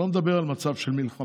אני לא מדבר על מצב של מלחמה,